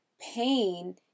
pain